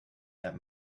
that